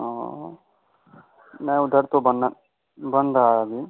हाँ नहीं उधर तो बनना बन रहा है अभी